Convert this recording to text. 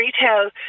retail